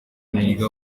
niga